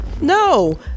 no